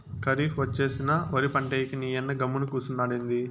కరీఫ్ ఒచ్చేసినా ఒరి పంటేయ్యక నీయన్న గమ్మున కూసున్నాడెంది